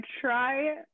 try